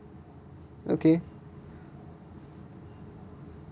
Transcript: okay